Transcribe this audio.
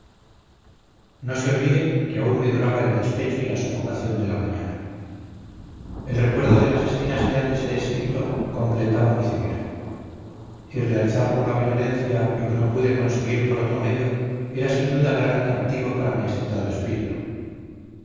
no se olvide que aún me duraba el despecho y la sofocación de la mañana el recuerdo de las escenas que antes he descrito completaba mi ceguera y realizar por la violencia lo que no pude conseguir por otro medio era sin duda gran atractivo para mi excitado espíritu